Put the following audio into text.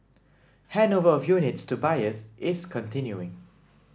handover of units to buyers is continuing